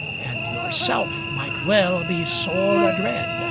and yourself might well be sore adread.